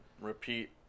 repeat